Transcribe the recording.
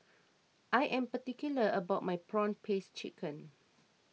I am particular about my Prawn Paste Chicken